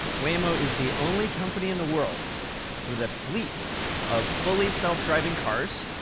waymo is the only company in the world with a fleet of fully self-driving cars,